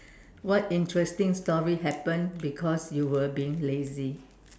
what interesting story happened because you were being lazy